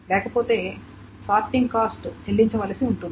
లేకపోతే sorting cost చెల్లించవలసి ఉంటుంది